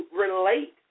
relate